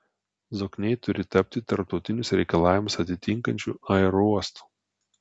zokniai turi tapti tarptautinius reikalavimus atitinkančiu aerouostu